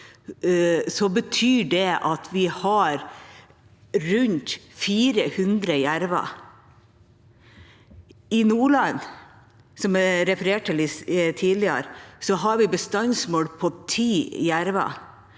det betyr at vi har rundt 400 jerver. I Nordland, som jeg refererte til tidligere, har vi bestandsmål på ti